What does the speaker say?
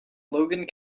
logan